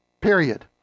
Period